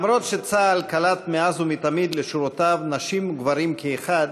אף שצה"ל קלט לשורותיו מאז ומתמיד נשים וגברים כאחד,